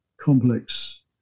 complex